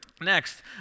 next